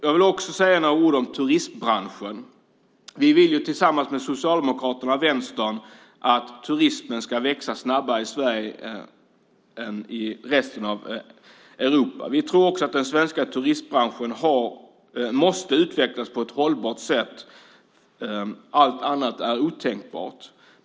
Jag vill också säga några ord om turistbranschen. Vi vill tillsammans med Socialdemokraterna och Vänstern att turismen ska växa snabbare i Sverige än i resten av Europa. Vi tror också att den svenska turistbranschen måste utvecklas på ett hållbart sätt. Allt annat är otänkbart.